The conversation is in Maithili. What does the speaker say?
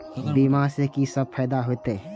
बीमा से की सब फायदा होते?